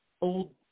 old